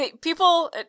People